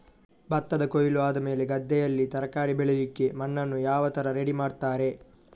ಭತ್ತದ ಕೊಯ್ಲು ಆದಮೇಲೆ ಗದ್ದೆಯಲ್ಲಿ ತರಕಾರಿ ಬೆಳಿಲಿಕ್ಕೆ ಮಣ್ಣನ್ನು ಯಾವ ತರ ರೆಡಿ ಮಾಡ್ತಾರೆ?